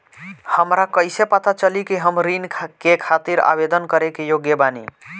हमरा कइसे पता चली कि हम ऋण के खातिर आवेदन करे के योग्य बानी?